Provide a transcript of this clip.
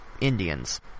Indians